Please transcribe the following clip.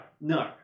no